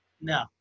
no